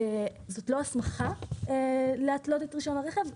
זאת לא הסמכה להתלות את רישיון הרכב.